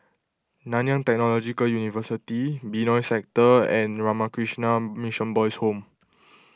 Nanyang Technological University Benoi Sector and Ramakrishna Mission Boys' Home